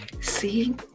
See